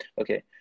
Okay